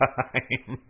time